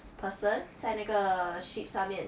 person 在那个 ship 上面